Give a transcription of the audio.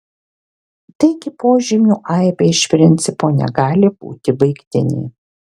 taigi požymių aibė iš principo negali būti baigtinė